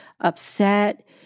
upset